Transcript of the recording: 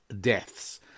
deaths